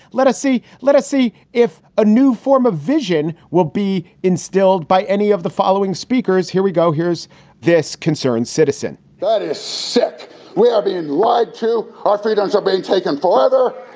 let us see. let us see if a new form of vision will be instilled by any of the following speakers. here we go. here's this concerned citizen that is sick we are being lied to. our freedoms are being taken farther.